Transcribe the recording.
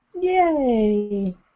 Yay